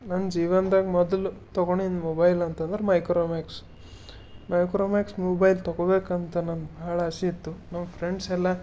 ನನ್ನ ಜೀವನ್ದಾಗ ಮೊದಲು ತೊಗೊಂಡಿದ್ದು ಮೊಬೈಲ್ ಅಂತಂದ್ರ ಮೈಕ್ರೋಮ್ಯಾಕ್ಸ್ ಮೈಕ್ರೋಮ್ಯಾಕ್ಸ್ ಮೊಬೈಲ್ ತೊಗೋಬೇಕಂತ ನನಗೆ ಭಾಳ ಆಸೆ ಇತ್ತು ನನ್ನ ಫ್ರೆಂಡ್ಸೆಲ್ಲ